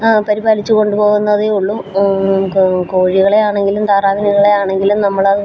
പരിപാലിച്ചു കൊണ്ടുപോകുന്നതേയുള്ളൂ കോഴികളെ ആണെങ്കിലും താറാവുകളെ ആണെങ്കിലും നമ്മളതുപോലെ